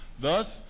Thus